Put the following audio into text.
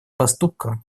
поступка